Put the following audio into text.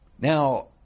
Now